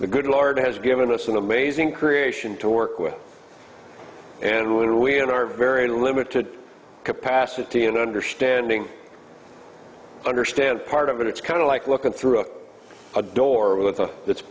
the good lord has given us an amazing creation to work with and when we in our very limited capacity in understanding understand part of it it's kind of like looking through a door with